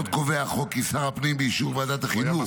עוד קובע החוק כי שר הפנים באישור ועדת החינוך,